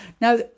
Now